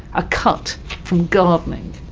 a cut from gardening.